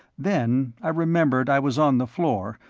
then i remembered i was on the floor,